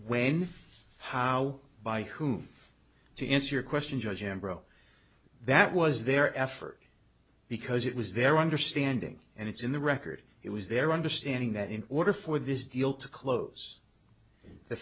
when how by whom to answer questions judge him bro that was their effort because it was their understanding and it's in the record it was their understanding that in order for this deal to close the